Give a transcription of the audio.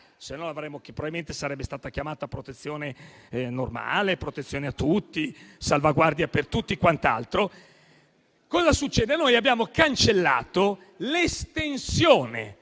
probabilmente sarebbe stata chiamata protezione normale, protezione a tutti, salvaguardia per tutti e quant'altro. Noi abbiamo cancellato l'estensione